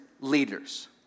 leaders